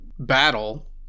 battle